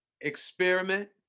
experiment